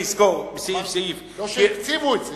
לא שהקציבו את זה,